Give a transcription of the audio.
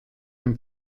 dem